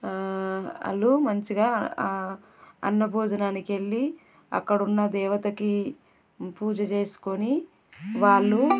వాళ్ళు మంచిగా అన్న భోజనానికి వెళ్ళి అక్కడ ఉన్న దేవతకి పూజ చేసుకొని వాళ్ళు